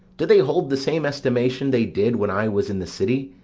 do they hold the same estimation they did when i was in the city?